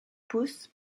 pousses